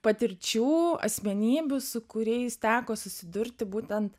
patirčių asmenybių su kuriais teko susidurti būtent